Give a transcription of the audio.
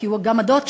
כי הוא גם הדוד שלו.